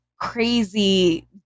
crazy